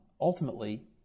Ultimately